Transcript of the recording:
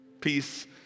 Peace